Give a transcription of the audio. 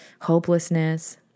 hopelessness